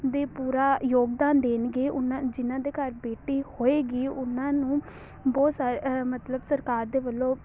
ਦੇ ਪੂਰਾ ਯੋਗਦਾਨ ਦੇਣਗੇ ਉਹਨਾਂ ਜਿਨ੍ਹਾਂ ਦੇ ਘਰ ਬੇਟੀ ਹੋਏਗੀ ਉਹਨਾਂ ਨੂੰ ਬਹੁਤ ਸਾਰੇ ਅਹ ਮਤਲਬ ਸਰਕਾਰ ਦੇ ਵੱਲੋਂ